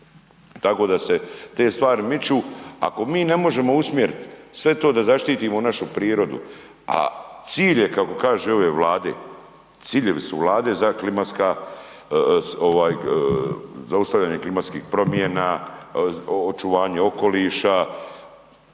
tako da se te stvari miču. Ako mi ne možemo usmjeriti sve to da zaštitimo našu prirodu a cilj je kako kažu i ove Vlade, ciljevi su Vlade za klimatska, zaustavljanje klimatskih promjena, očuvanje okoliša,